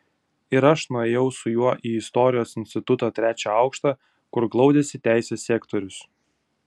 ir aš nuėjau su juo į istorijos instituto trečią aukštą kur glaudėsi teisės sektorius